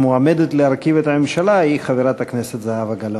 המועמדת להרכיב את הממשלה היא חברת הכנסת זהבה גלאון.